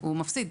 הוא יפסיד,